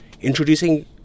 introducing